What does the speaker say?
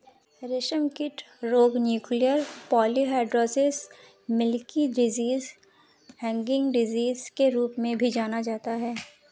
रेशमकीट रोग nuclear polyhedrosis, milky disease, hanging disease के रूप में भी जाना जाता है